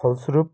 फलस्वरुप